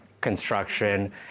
construction